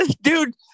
Dude